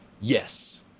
yes